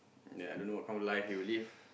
ya I don't know what kind of life he will live